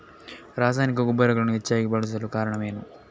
ರಾಸಾಯನಿಕ ಗೊಬ್ಬರಗಳನ್ನು ಹೆಚ್ಚಾಗಿ ಬಳಸಲು ಕಾರಣವೇನು?